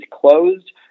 closed